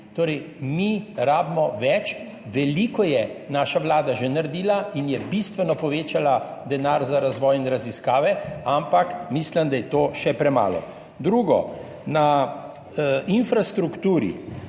Torej mi rabimo več. Veliko je naša Vlada že naredila in je bistveno povečala denar za razvoj in raziskave, ampak mislim, da je to še premalo. Drugo na infrastrukturi